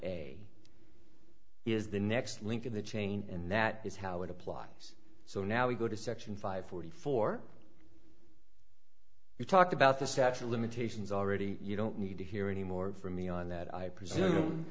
is the next link in the chain and that is how it applies so now we go to section five forty four you talked about the statue of limitations already you don't need to hear any more from me on that i presume